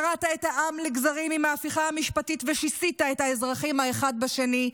קרעת את העם לגזרים עם ההפיכה המשפטית ושיסית את האזרחים האחד בשני.